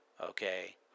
Okay